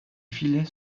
filets